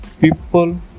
people